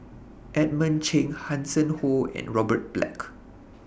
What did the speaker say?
Edmund Cheng Hanson Ho and Robert Black